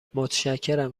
متشکرم